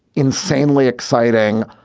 insanely exciting,